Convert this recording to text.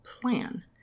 plan